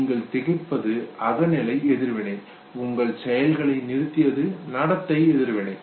நீங்கள் திகைப்பது அகநிலை எதிர்வினை உங்கள் செயல்களை நிறுத்தியது நடத்தை எதிர்வினை